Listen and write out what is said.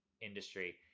industry